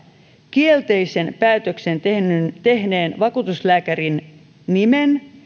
kielteisen päätöksen tehneen tehneen vakuutuslääkärin nimi